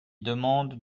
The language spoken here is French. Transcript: demande